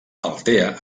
altea